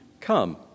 come